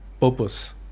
purpose